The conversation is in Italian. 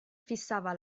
fissava